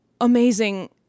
amazing